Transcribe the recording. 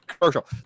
commercial